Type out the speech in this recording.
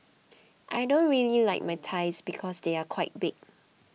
I don't really like my thighs because they are quite big